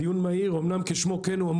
דיון מהיר אמנם כשמו כן הוא,